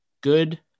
good